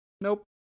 Nope